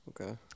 Okay